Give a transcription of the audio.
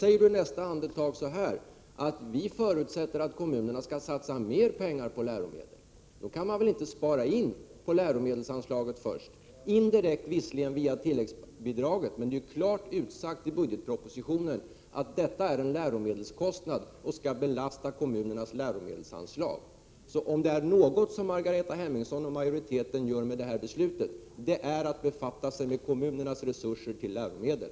I nästa andetag säger hon: Vi förutsätter att kommunerna skall satsa mer pengar på läromedel. Då kan man väl inte spara in på läromedelsanslaget först — visserligen indirekt, via tilläggsbidraget, men det är ju klart utsagt i budgetpropositionen att detta är en läromedelskostnad och skall belasta kommunernas läromedelsanslag. Om det är någonting som Margareta Hemmingsson och majoriteten gör i och med detta beslut så är det att befatta sig med numimunernas resurser för läromedel.